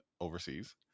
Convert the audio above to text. overseas